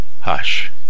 Hush